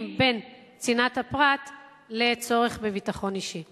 בין צנעת הפרט לצורך בביטחון אישי.